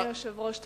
אדוני היושב-ראש,